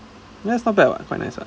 that's not bad [what] quite nice [what]